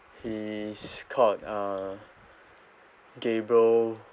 he's called uh gabriel